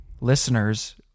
listeners